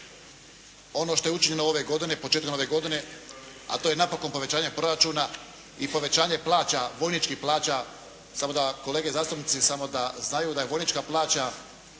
ono što je učinjeno ove godine, početkom ove godine a to je napokon povećanje proračuna i povećanje plaća, vojničkih plaća. Samo da kolege zastupnici, samo da znaju da je vojnička plaća